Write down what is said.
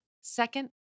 Second